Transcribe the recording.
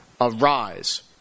Arise